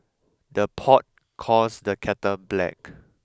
the pot calls the kettle black